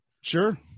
Sure